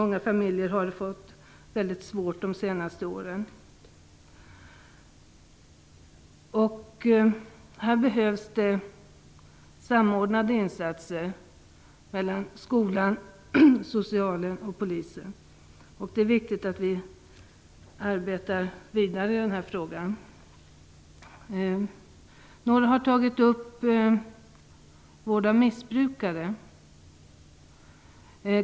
Många familjer har under de senaste åren haft det mycket svårt. Det behövs samordnade insatser från skolan, sociala myndigheter och polisen. Det är viktigt att vi arbetar vidare med denna fråga. Några har tagit upp frågan om vård av missbrukare.